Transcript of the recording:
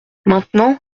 maintenant